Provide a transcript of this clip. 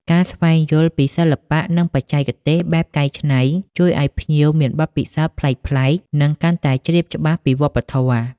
ការស្វែងយល់ពីសិល្បៈ និងបច្ចេកទេសបែបកែច្នៃជួយឲ្យភ្ញៀវមានបទពិសោធន៍ប្លែកៗ និងកាន់តែជ្រាបច្បាស់ពីវប្បធម៌។